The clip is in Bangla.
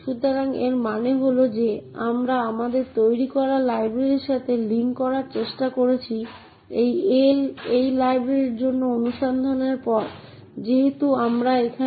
সুতরাং এই বিশেষ নীতিটি ব্যবহারকারীর প্রমাণীকরণের মাধ্যমে অর্জন করা হয় আরেকটি দিক যা অনেক অপারেটিং সিস্টেম সমর্থন করে তা নিশ্চিত করা যে একজন ব্যবহারকারীর ফাইল অন্য ব্যবহারকারীদের থেকে সুরক্ষিত থাকা উচিত